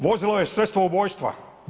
Vozilo je sredstvo ubojstva.